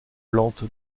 plante